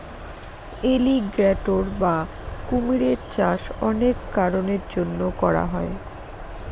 alligator বা কুমিরের চাষ অনেক কারনের জন্য করা হয়